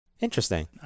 Interesting